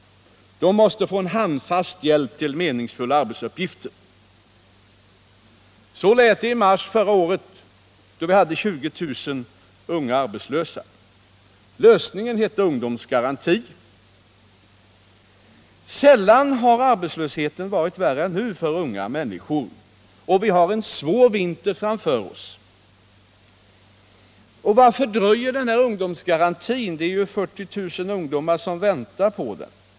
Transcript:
De måste få handfast hjälp till meningsfulla arbetsuppgifter. Så lät det i mars förra året, då vi hade 20 000 unga arbetslösa. Lösningen hette ungdomsgaranti. Sällan har arbetslösheten varit värre än nu för unga människor, och vi har en svår vinter framför oss. Varför dröjer den här ungdomsgarantin? Det är ju 40 000 unga som väntar på den.